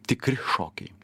tikri šokiai